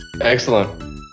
Excellent